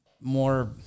more